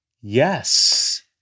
yes